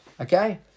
Okay